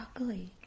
ugly